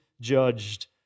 judged